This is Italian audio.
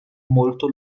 molto